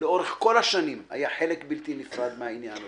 שלאורך כל השנים היה חלק בלתי נפרד מן העניין הזה.